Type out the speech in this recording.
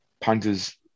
punters